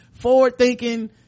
forward-thinking